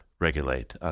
regulate